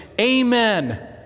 Amen